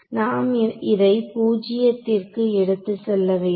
நாம் இதை பூஜ்ஜியத்திற்கு எடுத்து செல்ல வேண்டும்